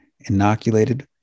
inoculated